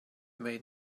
made